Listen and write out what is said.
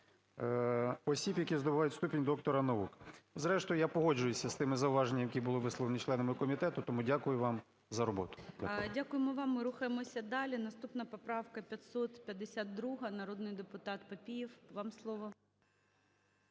осіб, які здобувають ступінь доктора наук. Зрештою, я погоджуюся з зауваженнями, які були висловлені членами комітету, тому дякую вам за роботу. ГОЛОВУЮЧИЙ. Дякуємо вам. Ми рухаємося далі. Наступна поправка - 552. Народний депутатПапієв, вам слово.